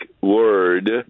word